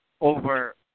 over